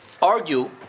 Argue